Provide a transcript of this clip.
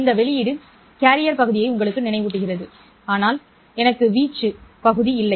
இந்த வெளியீடு கேரியர் பகுதியை உங்களுக்கு நினைவூட்டுகிறது ஆனால் எனக்கு வீச்சு பகுதி இல்லை